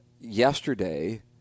yesterday